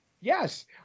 Yes